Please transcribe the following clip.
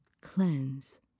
cleanse